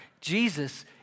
Jesus